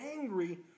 angry